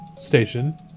station